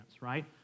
right